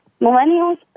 millennials